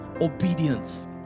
obedience